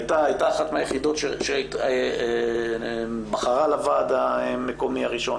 הייתה אחת היחידות שנבחרה לוועד המקומי הראשון